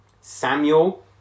Samuel